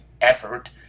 effort